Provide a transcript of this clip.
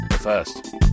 First